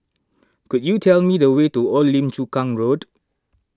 could you tell me the way to Old Lim Chu Kang Road